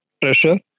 pressure